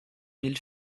mille